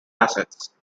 assets